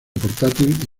portátil